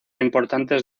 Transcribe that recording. importantes